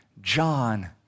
John